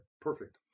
perfect